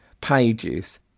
pages